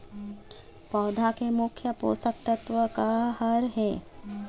पौधा के मुख्य पोषकतत्व का हर हे?